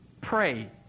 pray